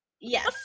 yes